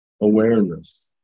awareness